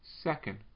Second